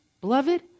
beloved